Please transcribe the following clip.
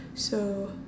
so